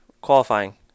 qualifying